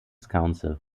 council